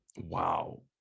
Wow